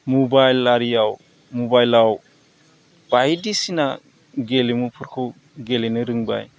mobile आरियाव मबाइलआव बायदिसिना गेलेमुफोरखौ गेलेनो रोंबाय